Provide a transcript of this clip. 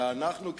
אלא אנחנו,